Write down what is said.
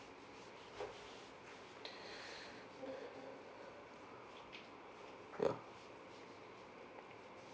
ya